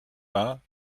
war